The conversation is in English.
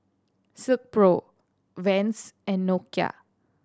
Silkpro Vans and Nokia